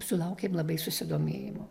sulaukėm labai susidomėjimo